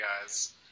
guys